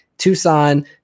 Tucson